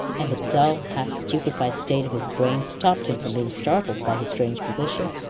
and the dull, half-stupefied state of his brain stopped him from being startled by his strange position.